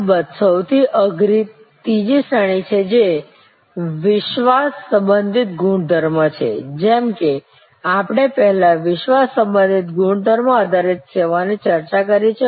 અલબત્ત સૌથી અઘરી ત્રીજી શ્રેણી છે જે વિશ્વાસ સંબધિત ગુણધર્મ છે જેમ કે આપણે પહેલા વિશ્વાસ સંબધિત ગુણધર્મ આધારિત સેવાઓની ચર્ચા કરી છે